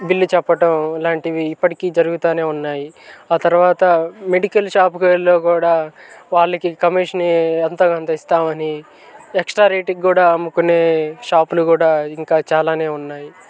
bill చెప్పటం ఇలాంటివి ఇప్పటికి జరుగుతు ఉన్నాయి ఆ తర్వాత మెడికల్ షాప్కి వెళ్ళినా కూడా వాళ్ళకి కమిషన్ ఎంతో కొంత ఇస్తాం అని ఎక్స్ట్రా రేట్కి కూడా అమ్ముకునే షాపులు కూడా ఇంకా చాలా ఉన్నాయి